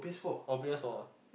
on P_S four ah